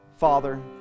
Father